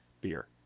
beer